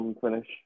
finish